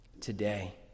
today